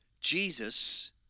Jesus